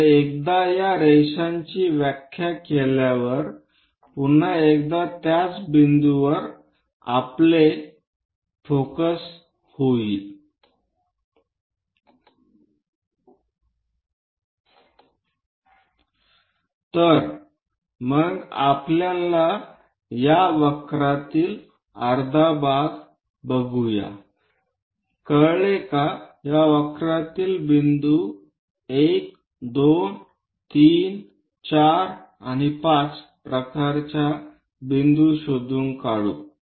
तर एकदा या रेषांची व्याख्या केल्यावर पुन्हा एकदा त्याच बिंदूवर आपले लक्ष केंद्रित होईल तर मग आपल्याला या वक्रातील अर्धा भाग बघूया कळले की या वक्रातील बिंदू 123 आणि 4 आणि 5 प्रकारच्या बिंदू शोधून काढू